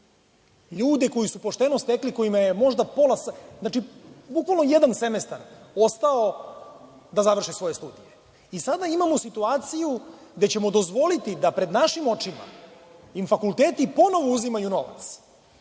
ljude koji su pošteno stekli, kojima je možda pola, bukvalno jedan semestar ostao da završe svoje studije. Sada imamo situaciju gde ćemo dozvoliti da pred našim očima im fakulteti ponovo uzimaju novac,